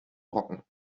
brocken